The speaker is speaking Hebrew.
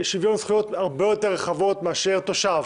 זכויות הרבה יותר רחבות מאשר תושב,